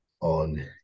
on